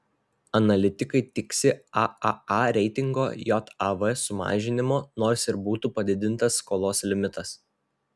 analitikai tiksi aaa reitingo jav sumažinimo nors ir būtų padidintas skolos limitas